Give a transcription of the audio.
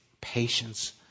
patience